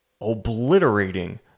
obliterating